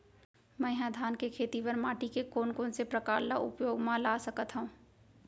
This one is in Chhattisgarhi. मै ह धान के खेती बर माटी के कोन कोन से प्रकार ला उपयोग मा ला सकत हव?